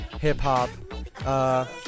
hip-hop